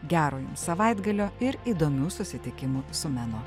gero jums savaitgalio ir įdomių susitikimų su menu